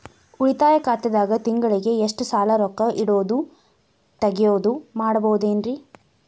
ಉಳಿತಾಯ ಖಾತೆದಾಗ ತಿಂಗಳಿಗೆ ಎಷ್ಟ ಸಲ ರೊಕ್ಕ ಇಡೋದು, ತಗ್ಯೊದು ಮಾಡಬಹುದ್ರಿ?